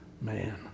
man